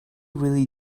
really